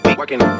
working